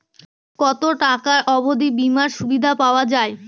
কত টাকা অবধি বিমার সুবিধা পাওয়া য়ায়?